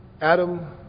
Adam